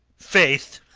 faith,